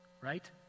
right